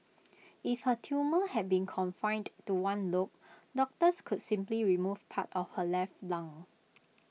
if her tumour had been confined to one lobe doctors could simply remove part of her left lung